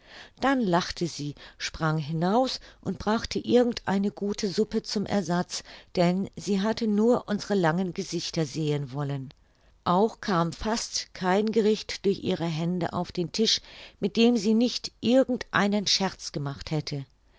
dann lachte sie sprang hinaus und brachte irgend eine gute suppe zum ersatz denn sie hatte nur unsre langen gesichter sehen wollen auch kam fast kein gericht durch ihre hände auf den tisch mit dem sie sich nicht irgend einen scherz gemacht hätte